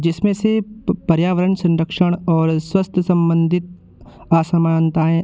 जिसमें से पर्यावरण संरक्षण और स्वास्थ्य सम्बन्धित असमानताऍं